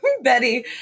Betty